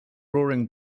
roaring